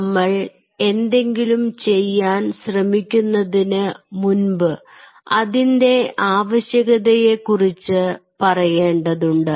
നമ്മൾ എന്തെങ്കിലും ചെയ്യാൻ ശ്രമിക്കുന്നതിനു മുൻപ് അതിൻറെ ആവശ്യകതയെക്കുറിച്ച് പറയേണ്ടതുണ്ട്